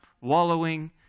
wallowing